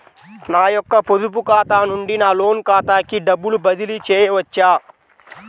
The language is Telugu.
నా యొక్క పొదుపు ఖాతా నుండి నా లోన్ ఖాతాకి డబ్బులు బదిలీ చేయవచ్చా?